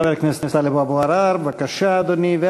חבר הכנסת טלב אבו עראר, בבקשה, אדוני.